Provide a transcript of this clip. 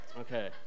Okay